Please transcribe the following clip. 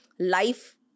Life